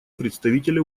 представителя